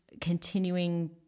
continuing